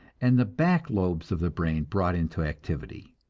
and the back lobes of the brain brought into activity.